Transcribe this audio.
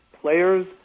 players